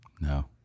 No